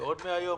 עוד 100 יום,